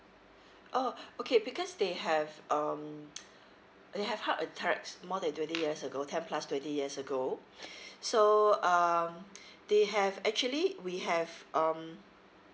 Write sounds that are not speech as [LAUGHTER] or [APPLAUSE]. oh [BREATH] okay because they have um [NOISE] they have heart attacks more than twenty years ago ten plus twenty years ago [BREATH] so um [BREATH] they have actually we have um